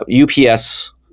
UPS